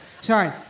Sorry